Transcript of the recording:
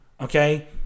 Okay